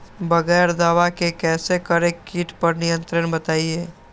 बगैर दवा के कैसे करें कीट पर नियंत्रण बताइए?